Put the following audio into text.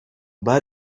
bas